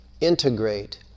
integrate